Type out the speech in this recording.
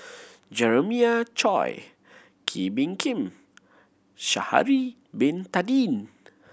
Jeremiah Choy Kee Bee Khim Sha'ari Bin Tadin